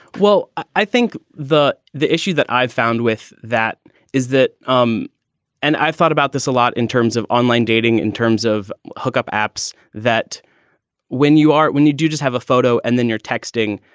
well, i think the the issue that i've found with that is that um and i thought about this a lot in terms of online dating, in terms of hookup apps, that when you are when you do just have a photo and then you're texting.